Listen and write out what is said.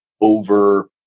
over